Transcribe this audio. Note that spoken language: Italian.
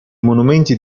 monumenti